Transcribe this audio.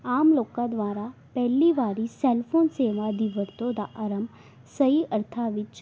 ਆਮ ਲੋਕਾਂ ਦੁਆਰਾ ਪਹਿਲੀ ਵਾਰੀ ਸੈੱਲਫ਼ੋਨ ਸੇਵਾ ਦੀ ਵਰਤੋਂ ਦਾ ਆਰੰਭ ਸਹੀ ਅਰਥਾਂ ਵਿੱਚ